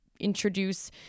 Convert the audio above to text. introduce